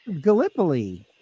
Gallipoli